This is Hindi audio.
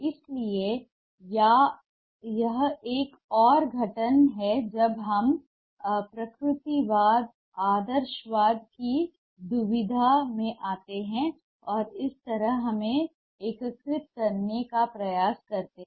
इसलिए यह एक और गठन है जब हम प्रकृतिवाद आदर्शवाद की दुविधा में आते हैं और इस तरह हम उन्हें एकीकृत करने का प्रयास करते हैं